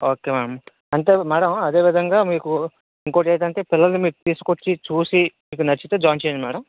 ఒకే ma'am అంటే madam అదే విధంగా మీకు ఇంకోటేంటంటే పిలల్ని మీరు తీసుకొచ్చి చూసి మీకు నచ్చితే జాయిన్ చేయండి మేడం